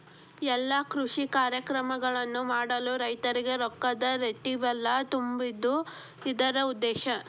ಎಲ್ಲಾ ಕೃಷಿ ಕಾರ್ಯಕ್ರಮಗಳನ್ನು ಮಾಡಲು ರೈತರಿಗೆ ರೊಕ್ಕದ ರಟ್ಟಿಬಲಾ ತುಂಬುದು ಇದ್ರ ಉದ್ದೇಶ